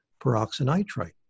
peroxynitrite